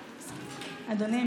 אדוני,